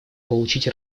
получить